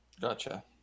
Gotcha